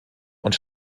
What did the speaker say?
und